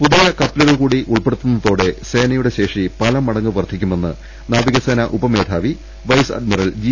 പുതിയ കപ്പലുകൾകൂടി ഉൾപ്പെടുത്തുന്നതോടെ സേനയുടെ ശേഷി പലമടങ്ങ് വർധിക്കുമെന്ന് നാവിക സേനാ ഉപമേധാവി വൈസ് അഡ്മിറൽ ജി